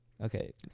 Okay